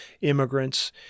immigrants